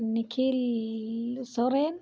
Nikhil Soren